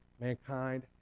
mankind